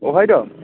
बबेहाय दं